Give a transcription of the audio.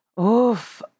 oof